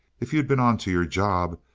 if you'd been onto your job,